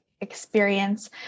experience